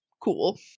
cool